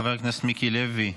חבר הכנסת מיקי לוי,